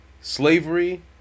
slavery